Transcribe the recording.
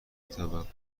توقف